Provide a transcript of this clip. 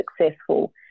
successful